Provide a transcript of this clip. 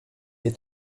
est